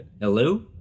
hello